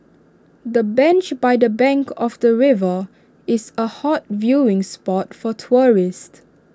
the bench by the bank of the river is A hot viewing spot for tourists